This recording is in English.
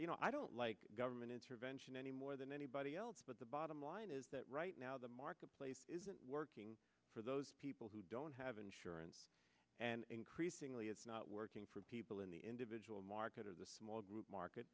you know i don't like government intervention anymore than anybody else but the bottom line is that right now the marketplace isn't working for those people who don't have insurance and increasingly it's not working for people in the individual market of the small group market